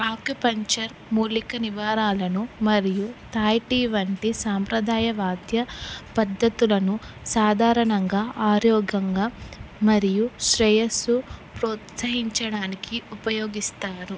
acupuncture మూలిక నివారణలను మరియు థాయి టీ వంటి సాంప్రదాయ వాద్య పద్ధతులను సాధారణంగా ఆరోగంగా మరియు శ్రేయస్సు ప్రోత్సహించడానికి ఉపయోగిస్తారు